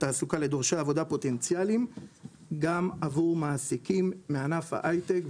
התעסוקה לדורשי עבודה פוטנציאליים גם עבור מעסיקים מענף ההיי-טק.